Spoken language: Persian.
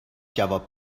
جواب